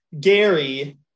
Gary